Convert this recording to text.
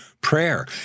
prayer